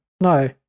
no